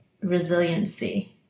resiliency